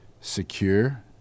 secure